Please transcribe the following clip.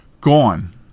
gone